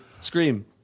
Scream